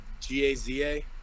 G-A-Z-A